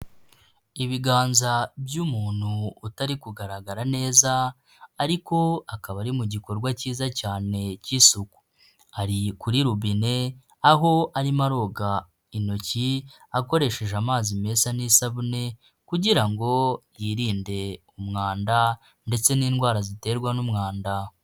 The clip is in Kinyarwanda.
Ibiganza by'umuntu utari kugaragara neza, ariko akaba ari mu gikorwa cyiza cyane cy'isuku, ari kuri rubine aho arimo aroga intoki akoresheje amazi meza n'isabune kugira ngo yirinde umwanda ndetse n'indwara ziterwa n'umwanda.